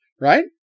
right